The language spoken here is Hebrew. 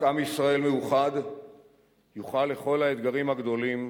רק עם ישראל מאוחד יוכל לכל האתגרים הגדולים